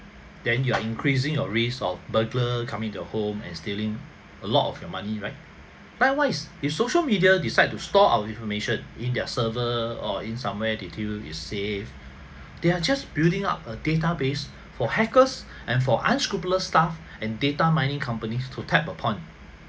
then you are increasing your risk of burglar coming to your home and stealing a lot of your money right likewise if social media decide to store our information in their server or in somewhere detail is safe they're just building up a database for hackers and for unscrupulous staff and data mining companies to tap upon